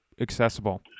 accessible